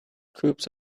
groups